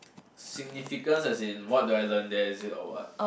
significance as in what do I learned there is or what